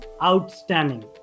outstanding